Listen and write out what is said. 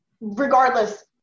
Regardless